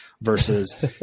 versus